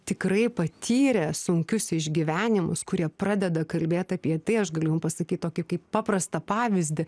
tikrai patyrė sunkius išgyvenimus kurie pradeda kalbėt apie tai aš galiu jum pasakyt tokį kaip paprastą pavyzdį